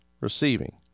receiving